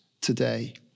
today